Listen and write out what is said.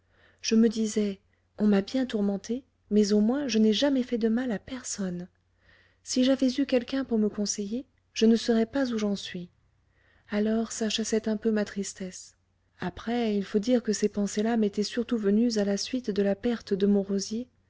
je me disais on m'a bien tourmentée mais au moins je n'ai jamais fait de mal à personne si j'avais eu quelqu'un pour me conseiller je ne serais pas où j'en suis alors ça chassait un peu ma tristesse après il faut dire que ces pensées là m'étaient surtout venues à la suite de la perte de mon rosier